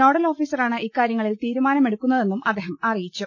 nodal ഓഫീസറാണ് ഇക്കാര്യങ്ങ ളിൽ തീരുമാനമെടുക്കുന്നതെന്നും അദ്ദേഹം അറിയിച്ചു